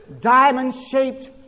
diamond-shaped